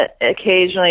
occasionally